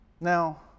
now